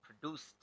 produced